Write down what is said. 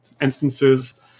instances